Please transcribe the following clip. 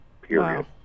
Period